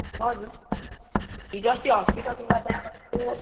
हजुर हिजोअस्ति हस्पिटल